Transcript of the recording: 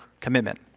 commitment